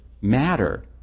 matter